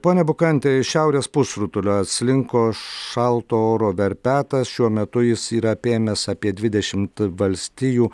pone bukanti iš šiaurės pusrutulio atslinko šalto oro verpetas šiuo metu jis yra apėmęs apie dvidešimt valstijų